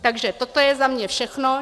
Takže toto je za mě všechno.